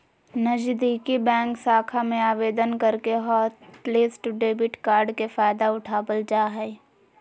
नजीदीकि बैंक शाखा में आवेदन करके हॉटलिस्ट डेबिट कार्ड के फायदा उठाबल जा हय